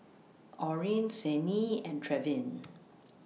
Orin Signe and Trevin